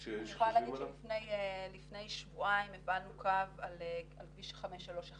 אני יכולה להגיד שלפני שבועיים הפעלנו קו על כביש 531